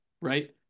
right